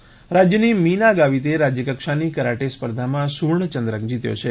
karate રાજ્યની મીના ગાવીતે રાજ્યકક્ષાની કરાટે સ્પર્ધામાં સુવર્ણયંદ્રક જીત્યો છે